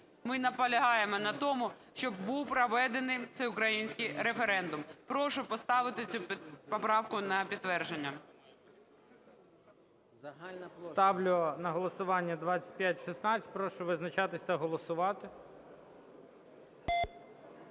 Ми наполягаємо на тому, щоб був проведений всеукраїнський референдум. Прошу поставити цю поправку на підтвердження. ГОЛОВУЮЧИЙ. Ставлю на голосування 2516. Прошу визначатись та голосувати.